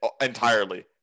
entirely